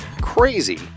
Crazy